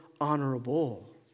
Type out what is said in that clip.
honorable